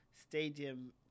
Stadium